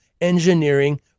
engineering